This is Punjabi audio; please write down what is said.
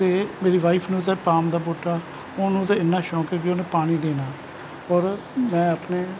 ਅਤੇ ਮੇਰੀ ਵਾਈਫ ਨੂੰ ਤਾਂ ਪਾਮ ਦਾ ਬੂਟਾ ਉਹਨੂੰ ਤਾ ਇੰਨਾ ਸ਼ੌਂਕ ਹੈ ਕਿ ਉਹਨੇ ਪਾਣੀ ਦੇਣਾ ਔਰ ਮੈਂ ਆਪਣੇ